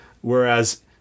Whereas